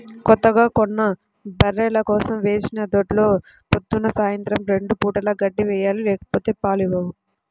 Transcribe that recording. కొత్తగా కొన్న బర్రెల కోసం వేసిన దొడ్లో పొద్దున్న, సాయంత్రం రెండు పూటలా గడ్డి వేయాలి లేకపోతే పాలు ఇవ్వవు